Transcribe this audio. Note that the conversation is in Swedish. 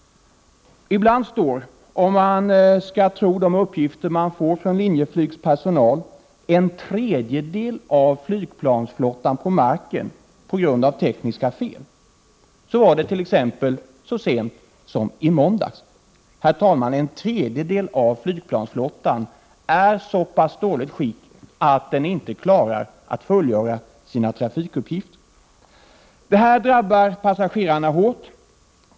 Ibland står — om man skall tro uppgifter från Linjeflygs personal — en tredjedel av flygplansflottan på marken på grund av tekniska fel. Så var det så sent som i måndags. Herr talman! En tredjedel av flygplansflottan är i så pass dåligt skick att den inte klarar att fullgöra sina trafikuppgifter. Detta drabbar passagerarna hårt.